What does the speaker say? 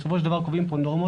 בסופו של דבר קובעים פה נורמות,